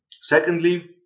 Secondly